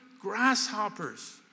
grasshoppers